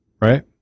Right